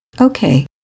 Okay